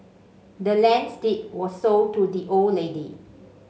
the land's deed was sold to the old lady